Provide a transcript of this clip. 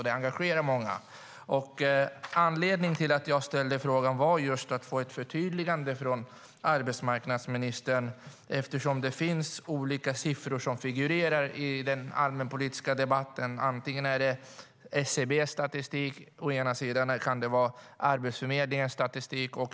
Den engagerar många. Anledningen till att jag ställt min fråga är att få ett förtydligande från arbetsmarknadsministern eftersom olika siffror har figurerat i den allmänpolitiska debatten. Å ena sidan är det SCB:s statistik, å andra sidan är det Arbetsförmedlingens statistik.